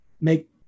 make